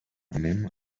anem